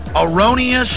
erroneous